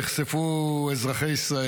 נחשפו אזרחי ישראל,